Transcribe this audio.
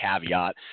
caveat